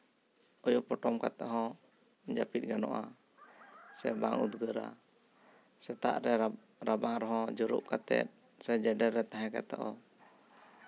ᱩᱭᱩ ᱯᱚᱴᱚᱢ ᱠᱟᱛᱮ ᱦᱚᱸ ᱡᱟᱹᱯᱤᱫ ᱜᱟᱱᱚᱜᱼᱟ ᱥᱮ ᱵᱟᱝ ᱩᱫᱽᱜᱟᱹᱨᱟ ᱥᱮᱛᱟᱜ ᱨᱮ ᱨᱟᱵᱟᱝ ᱨᱮᱦᱚᱸ ᱡᱩᱨᱩᱜ ᱠᱟᱛᱮᱫ ᱥᱮ ᱡᱮᱰᱮᱨ ᱨᱮ ᱛᱟᱦᱮᱸ ᱠᱟᱛᱮᱫ ᱦᱚᱸ